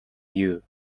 you